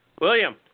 William